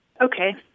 Okay